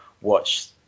watch